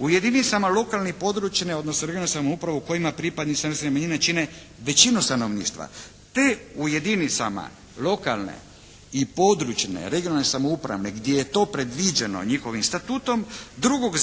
jedinicama lokalne i područne (regionalne) samouprave gdje je to predviđeno njihovim statutom drugog